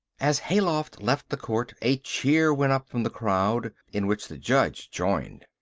as hayloft left the court a cheer went up from the crowd, in which the judge joined.